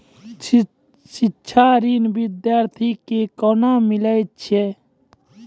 शिक्षा ऋण बिद्यार्थी के कोना मिलै छै?